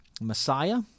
Messiah